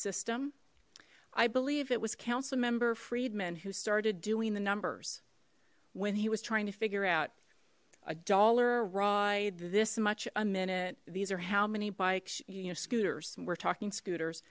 system i believe it was council member friedman who started doing the numbers when he was trying to figure out a dollar ride this much a minute these are how many bikes scooters we're talking scooters